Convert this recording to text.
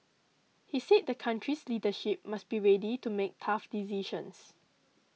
he said the country's leadership must be ready to make tough decisions